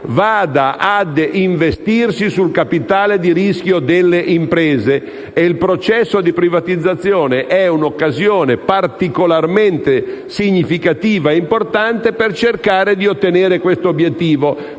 venga investita sul capitale di rischio delle imprese. Il processo di privatizzazione è un'occasione particolarmente significativa e importante per cercare di ottenere questo obiettivo,